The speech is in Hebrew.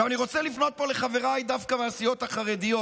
אני רוצה לפנות פה לחבריי דווקא מהסיעות החרדיות.